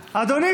אדוני,